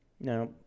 now